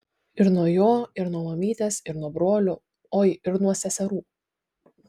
ir nuo jo ir nuo mamytės ir nuo brolių oi ir nuo seserų